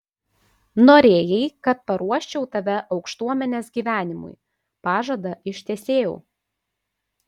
norėjai kad paruoščiau tave aukštuomenės gyvenimui pažadą ištesėjau